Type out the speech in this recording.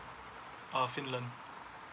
uh finland